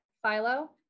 philo